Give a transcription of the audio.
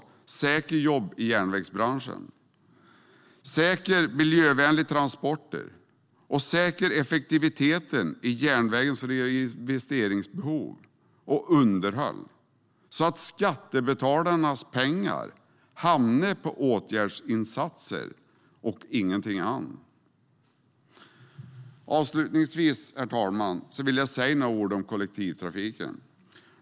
Det handlar om att säkra jobb i järnvägsbranschen, säkra miljövänliga transporter och säkra effektiviteten i fråga om järnvägens reinvesteringsbehov och underhåll så att skattebetalarnas pengar går till åtgärdsinsatser och ingenting annat. Avslutningsvis, herr talman, vill jag säga några ord om kollektivtrafiken.